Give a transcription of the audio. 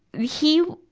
he,